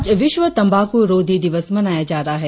आज विश्व तंबाकूरोधी दिवस मनाया जा रहा है